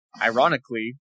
ironically